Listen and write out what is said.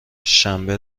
شنبه